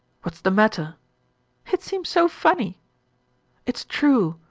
what's the matter it seems so funny it's true!